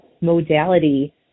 modality